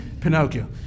Pinocchio